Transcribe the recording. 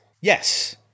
Yes